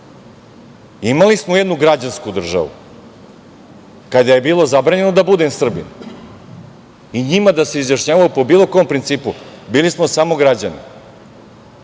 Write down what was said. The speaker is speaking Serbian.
kraja. Imali smo jednu građansku državu, kada je bilo zabranjeno da budem Srbin i njima da se izjašnjavalo po bilo kom principu, bili smo samo građani.